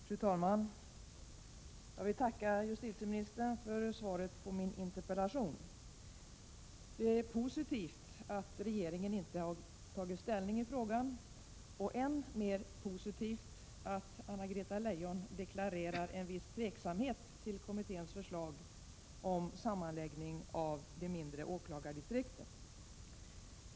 Fru talman! Jag vill tacka justitieministern för svaret på min interpellation. Det är positivt att regeringen inte tagit ställning i frågan och än mera positivt att Anna-Greta Leijon deklarerar en viss tveksamhet till kommitténs förslag om sammanläggning av de mindre åklagardistrikten.